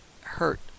hurt